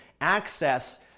access